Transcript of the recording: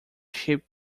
ship